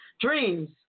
Dreams